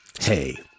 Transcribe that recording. Hey